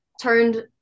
turned